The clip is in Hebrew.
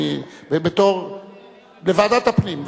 לוועדת הפנים.